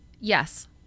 yes